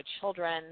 Children